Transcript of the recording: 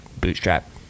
bootstrap